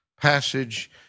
passage